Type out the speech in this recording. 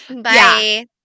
Bye